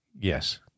yes